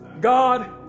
God